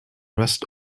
rest